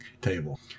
table